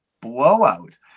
blowout